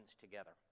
together